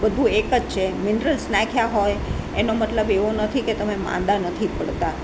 બધું એક જ છે મિનરલ્સ નાખ્યા હોય એનો મતલબ એવો નથી કે તમે માંદા નથી પડતા